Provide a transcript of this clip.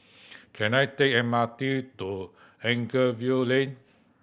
can I take M R T to Anchorvale Lane